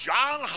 John